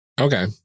Okay